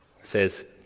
Says